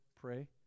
pray